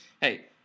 Hey